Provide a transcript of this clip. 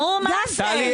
נו, מה זה?